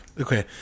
Okay